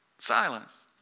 Silence